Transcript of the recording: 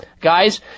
Guys